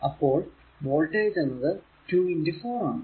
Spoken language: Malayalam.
അപ്പോൾ വോൾടേജ് എന്നത് 2 4 ആണ്